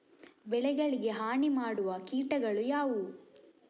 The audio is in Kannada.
ಬೆಳೆಗಳಿಗೆ ಹಾನಿ ಮಾಡುವ ಕೀಟಗಳು ಯಾವುವು?